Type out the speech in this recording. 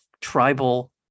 tribal